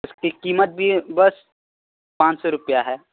اس کی کیمت بھی بس پانچ سو روپیہ ہے